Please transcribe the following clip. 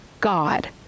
God